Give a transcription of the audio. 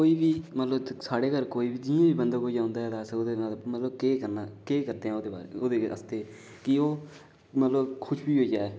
कोई बी मतलब साढे घर जियां बी बंदा कोई औंदा ऐ असऔंदे नाल मतलब केह् करना केह् करी सकदा ओह्देआस्तै खुश बी होई जा